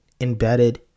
embedded